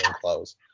close